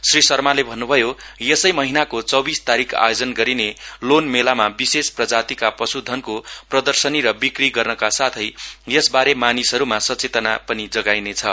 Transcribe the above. श्री शर्माले भन्न्भयो यसै महिनाको चौबीस तारिख आयोजन गरिने लोन मेला विषेश प्रजातिको पश्धनको प्रदर्शनी र बिक्री गर्न साथै यसबारे मानिसहरुमा सचेतना पनि जगाइने छ